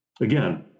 Again